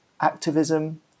activism